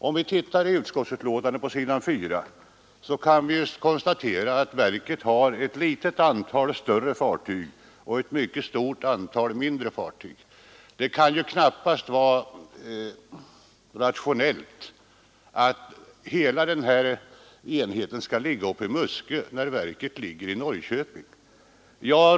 På s. 4 i betänkandet kan vi konstatera att verket har ett litet antal större fartyg och ett mycket stort antal mindre fartyg. Det kan knappast vara rationellt att hela den här enheten skall ligga uppe i Muskö, när verket ligger i Norrköping.